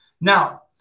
Now